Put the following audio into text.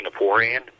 Singaporean